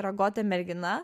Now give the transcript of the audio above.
yra gotė mergina